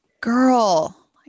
girl